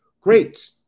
great